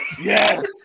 Yes